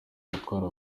gutwara